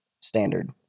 standard